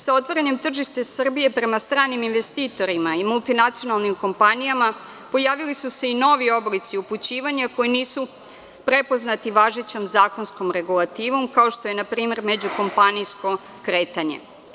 Sa otvorenim tržištem Srbije prema stranim investitorima i multinacionalnim kompanijama pojavili su se i novi oblici upućivanja koji nisu prepoznati važećom zakonskom regulativom kao što je npr. međukompanijsko kretanje.